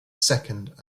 second